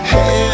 Hey